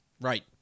Right